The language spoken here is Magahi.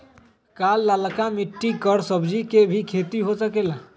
का लालका मिट्टी कर सब्जी के भी खेती हो सकेला?